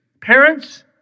Parents